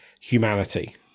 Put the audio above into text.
humanity